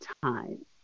time